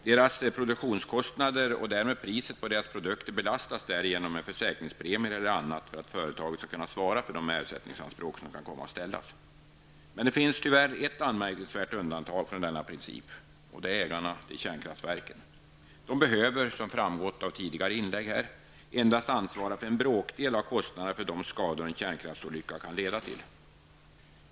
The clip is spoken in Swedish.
Deras produktionskostnader och därmed priset på deras produkter belastas därigenom med försäkringspremier eller annat för att företaget skall kunna svara för de ersättningsanspråk som kan komma att ställas. Men det finns tyvärr ett anmärkningsvärt undantag från denna princip. Det är ägarna till kärnkraftsverken. De behöver -- som framgått av tidigare inlägg -- endast ansvara för en bråkdel av kostnaderna för de skador en kärnkraftsolycka kan leda till.